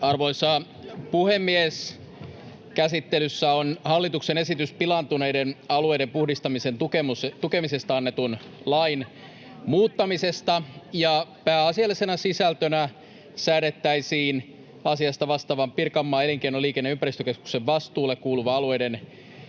Arvoisa puhemies! Käsittelyssä on hallituksen esitys pilaantuneiden alueiden puhdistamisen tukemisesta annetun lain muuttamisesta. Pääasiallisena sisältönä säädettäisiin asiasta vastaavan Pirkanmaan elinkeino-, liikenne- ja ympäristökeskuksen vastuulle kuuluvan alueiden